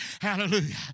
Hallelujah